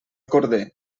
corder